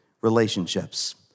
relationships